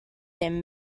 him